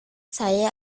saya